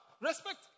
Respect